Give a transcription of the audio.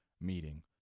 meeting